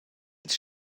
ins